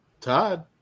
Todd